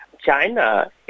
China